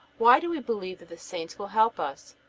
why do we believe that the saints will help us?